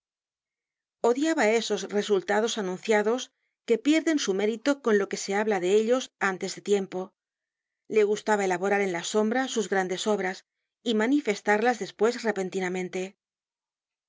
odiaba esos resultados anunciados que pierden su mérito con lo que se habla de ellos antes de tiempo le gustaba elaborar en la sombra sus grandes obras y manifestarlas despues repentinamente